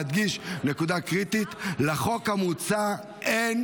ואני רוצה להדגיש נקודה קריטית: לחוק המוצע אין